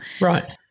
Right